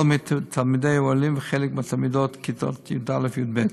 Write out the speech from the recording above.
כל התלמידים העולים וחלק מתלמידי כיתות י"א י"ב,